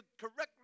correctly